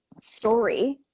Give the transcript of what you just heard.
Story